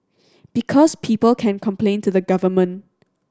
because people can complain to the government